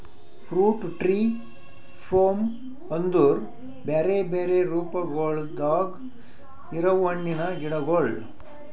fruit tree form ಅಂದುರ್ ಬ್ಯಾರೆ ಬ್ಯಾರೆ ರೂಪಗೊಳ್ದಾಗ್ ಇರವು ಹಣ್ಣಿನ ಗಿಡಗೊಳ್